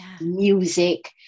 music